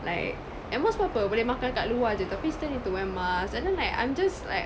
and at most apa apa boleh makan kat luar jer tapi still need to wear mask and then like I'm just like